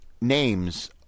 names